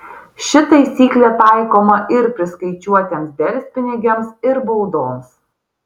ši taisyklė taikoma ir priskaičiuotiems delspinigiams ir baudoms